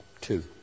two